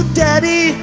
daddy